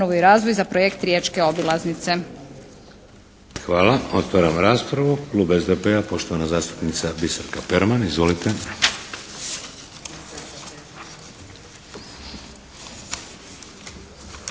Hvala. Otvaram raspravu. Klub SDP-a, poštovana zastupnica Biserka Perman. Izvolite.